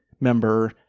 member